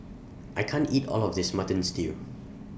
I can't eat All of This Mutton Stew